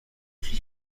przy